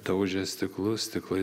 daužė stiklus stiklai